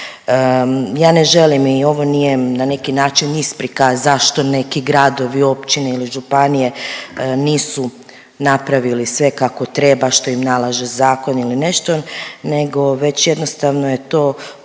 Ja ne želim i ovo nije na neki način isprika zašto neki gradovi, općine ili županije nisu napravili sve kako treba što im nalaže zakon ili nešto nego već jednostavno je to poticaj